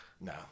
No